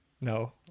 no